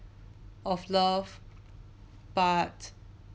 of love but